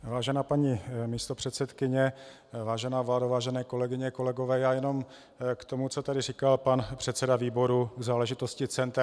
Vážená paní místopředsedkyně, vážená vládo, vážené kolegyně, kolegové, já jenom k tomu, co tady říkal pan předseda výboru k záležitosti center.